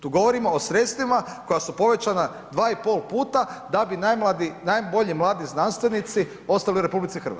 Tu govorimo o sredstvima koja su povećana 2,5 puta da bi najbolji mladi znanstvenici ostali u RH.